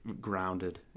grounded